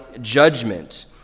judgment